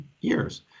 years